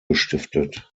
gestiftet